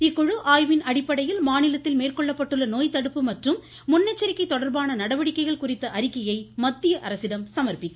இக்குழு ஆய்வின் அடிப்படையில் மாநிலத்தில் மேற்கொள்ளப்பட்டுள்ள நோய் தடுப்பு மற்றும் மற்றும் முன்னெச்சரிக்கை தொடர்பான நடவடிக்கைகள் குறித்த அறிக்கையை மத்திய அரசிடம் சமா்ப்பிக்கும்